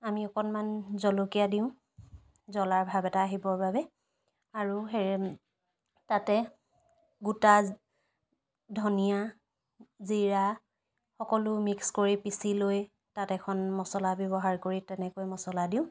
আমি অকণমান জলকীয়া দিওঁ জ্বলাৰ ভাব এটা আহিবৰ বাবে আৰু হেৰি তাতে গোটা ধনিয়া জীৰা সকলো মিক্স কৰি পিচি লৈ তাত এখন মছলা ব্যৱহাৰ কৰি এনেকৈ মছলা দিওঁ